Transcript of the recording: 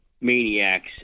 maniacs